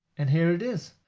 and here it is,